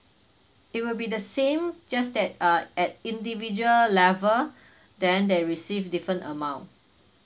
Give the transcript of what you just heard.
it will be the same just that uh at individual level then they receive different amount